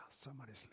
somebody's